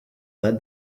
led